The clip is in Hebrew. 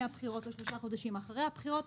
הבחירות או שלושה חודשים אחרי הבחירות,